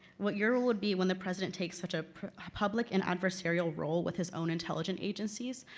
what your role would be when the president takes such a public and adversarial role with his own intelligence agencies.